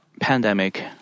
pandemic